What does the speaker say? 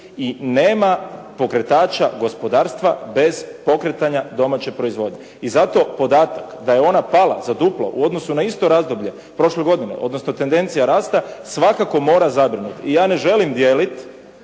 I nema pokretača gospodarstva bez pokretanja domaće proizvodnje. I zato podatak da je ono pala za duplo u odnosu na isto razbolje prošle godine, odnosno tendencija rasta, svakako mora zabrinuti i ja ne želim dijelit